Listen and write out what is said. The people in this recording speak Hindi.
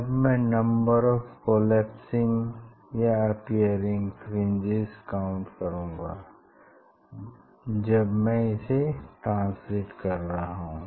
अब मैं नम्बर ऑफ़ कोलेप्सिंग या अपियरिंग फ्रिंजेस काउंट करूँगा जब मैं इसे ट्रांसलेट कर रहा हूँ